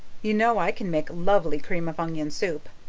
you know i can make lovely cream-of-onion soup.